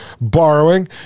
borrowing